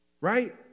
Right